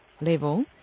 level